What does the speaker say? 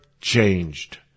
changed